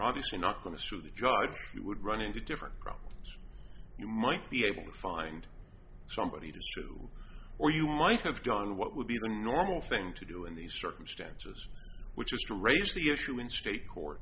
obviously not going to sue the judge you would run into different problems you might be able to find somebody to sue or you might have done what would be the normal thing to do in these circumstances which is to raise the issue in state court